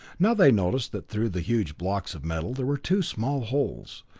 now they noticed that through the huge blocks of metal there were two small holes,